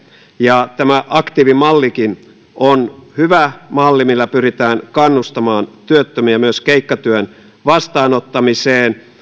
ja tämä aktiivimallikin on hyvä malli millä pyritään kannustamaan työttömiä myös keikkatyön vastaanottamiseen